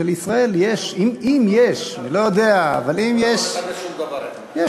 לישראל יש, אם יש, אתה לא יכול לחדש שום דבר, אתה.